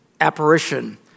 apparition